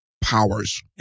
powers